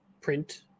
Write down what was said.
print